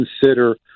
consider